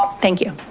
thank you.